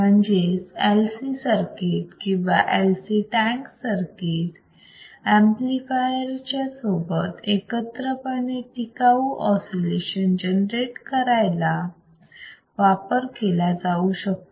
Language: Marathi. म्हणूनच LC सर्किट किंवा LC टॅंक सर्किट ऍम्प्लिफायर चा सोबत एकत्रपणे टिकाऊ ऑसिलेशन जनरेट करायला वापर केला जाऊ शकतो